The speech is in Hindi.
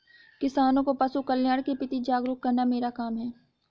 किसानों को पशुकल्याण के प्रति जागरूक करना मेरा काम है